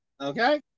okay